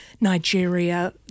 Nigeria